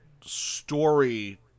story